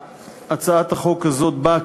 הצעת החוק הזאת באה,